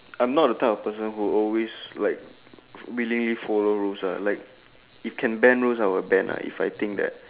I'm not the type of person who always like willingly follow rules ah like if can ban rules I will ban lah if I think that